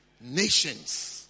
nations